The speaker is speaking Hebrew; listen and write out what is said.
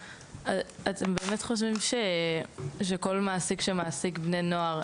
אתם באמת חושבים שכל מעסיק שמעסיק בני נוער,